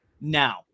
now